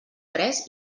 tres